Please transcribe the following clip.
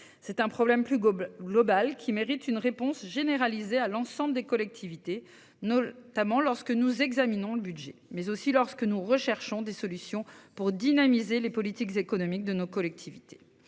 C'est un problème plus globale qui mérite une réponse généralisé à l'ensemble des collectivités no tamment lorsque nous examinons le budget mais aussi lorsque nous recherchons des solutions pour dynamiser les politiques économiques de nos collectivités